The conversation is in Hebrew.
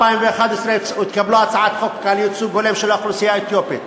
2011 התקבלה הצעת חוק על ייצוג הולם של האוכלוסייה האתיופית,